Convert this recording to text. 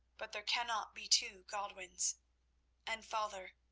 but there cannot be two godwins and, father,